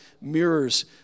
mirrors